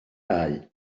dau